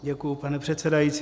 Děkuji, pane předsedající.